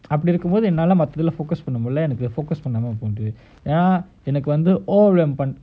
அப்படிஇருக்கும்போதுஎன்னாலமத்ததுல:apadi riukkumpothu ennala mathathula focus பண்ணமுடிலஎனக்கு:panna mudila enakku focus பண்ணமுடிலஏன்னாஎனக்கு:panna mudila yenna enaku